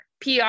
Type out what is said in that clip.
PR